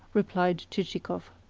replied chichikov.